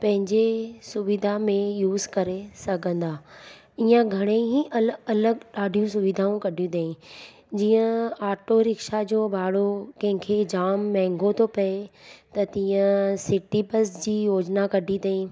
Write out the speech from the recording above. पंहिंजे सुविधा में यूस करे सघंदा इअं घणेई अलॻि अलॻि ॾाढियूं सुविधाऊं कढियूं अथईं जीअं ऑटो रिक्शा जो भाड़ो कंहिंखे जाम माहंगो थो पए त तीअं सिटी बस जी योजना कढी अथईं